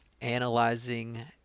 analyzing